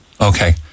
Okay